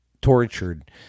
tortured